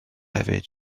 hefyd